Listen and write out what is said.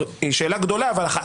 היא שאלה גדולה אבל היא אחת.